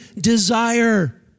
desire